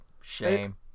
shame